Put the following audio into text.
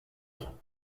grand